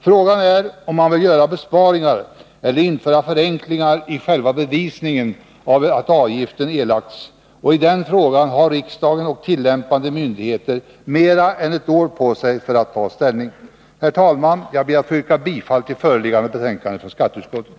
Frågan är om man vill göra besparingar eller införa förenklingar i själva bevisningen av att avgiften erlagts. Riksdagen och tillämpande myndigheter har mer än ett år på sig för att ta ställning till den frågan. Herr talman! Jag ber att få yrka bifall till utskottets hemställan i föreliggande betänkande från skatteutskottet.